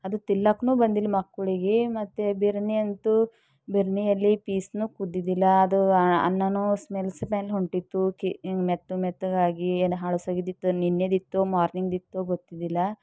ಅದು ತಿನ್ಲಿಕ್ಕೂ ಬಂದಿಲ್ಲ ಮಕ್ಕಳಿಗೆ ಮತ್ತು ಬಿರಿಯಾನಿ ಅಂತೂ ಬಿರಿಯಾನಿಯಲ್ಲಿ ಪೀಸ್ನೂ ಕುದ್ದಿದ್ದಿಲ್ಲ ಅದು ಅನ್ನನೂ ಸ್ಮೆಲ್ ಸ್ಮೆಲ್ ಹೊಂಟಿತ್ತು ಮೆತ್ತ ಮೆತ್ತಗಾಗಿ ಏನು ಹಳಸೋಗಿದ್ದಿತ್ತು ನಿನ್ನೆದಿತ್ತೋ ಮಾರ್ನಿಂಗ್ದಿತ್ತೋ ಗೊತ್ತಿದ್ದಿದ್ದಿಲ್ಲ